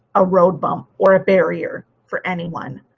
a road bump or a barrier for anyone.